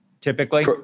typically